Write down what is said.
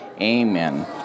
Amen